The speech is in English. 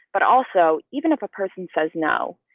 but also, even if a person says no,